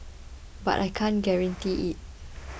but I can't guarantee it